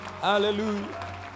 Hallelujah